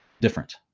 different